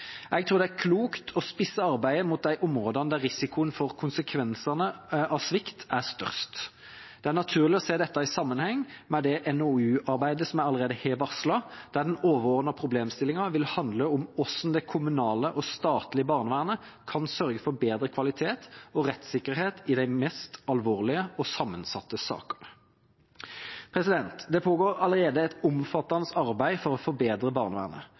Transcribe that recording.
Jeg tror det er klokt å spisse arbeidet mot de områdene der risikoen for og konsekvensene av svikt er størst. Det er naturlig å se dette i sammenheng med det NOU-arbeidet som jeg allerede har varslet, der den overordnede problemstillingen vil handle om hvordan det kommunale og statlige barnevernet kan sørge for bedre kvalitet og rettssikkerhet i de mest alvorlige og sammensatte sakene. Det pågår allerede et omfattende arbeid for å forbedre barnevernet,